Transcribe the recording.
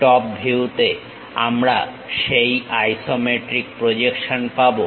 top ভিউতে আমরা সেই আইসোমেট্রিক প্রজেকশন পাবো